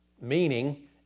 meaning